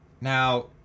Now